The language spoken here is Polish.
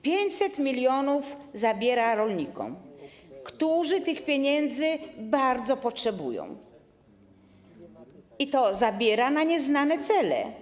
500 mln zł zabiera rolnikom, którzy tych pieniędzy bardzo potrzebują, i to zabiera na nieznane cele.